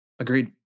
Agreed